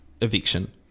eviction